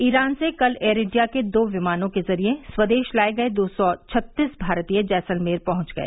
Iran से कल Air India के दो विमानों के जरिए स्वदेश लाए गए दो सौ छत्तीस भारतीय जैसलमेर पहुंच गए